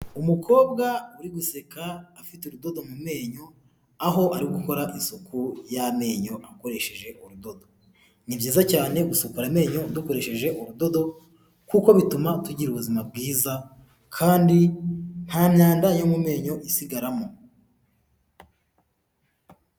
Umukobwa uri guseka, afite urudodo mu menyo, aho ari gukora isuku y'amenyo akoresheje ururdodo. Ni byiza cyane gusukura amenyo dukoresheje urudodo, kuko bituma tugira ubuzima bwiza, kandi nta myanda yo mu menyo isigaramo.